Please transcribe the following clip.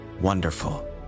Wonderful